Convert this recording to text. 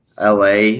LA